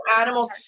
animals